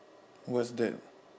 what's that